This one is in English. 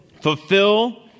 Fulfill